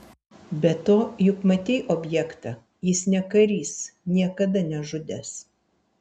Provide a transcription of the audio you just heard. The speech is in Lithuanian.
be to juk matei objektą jis ne karys niekada nežudęs